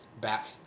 back